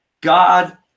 God